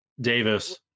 Davis